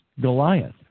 Goliath